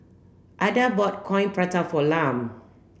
Adda bought coin prata for Lum